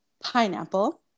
pineapple